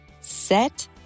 set